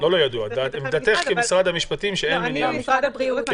כלומר עמדתך כנציגת משרד הבריאות שאין מניעה.